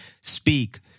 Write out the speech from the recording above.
speak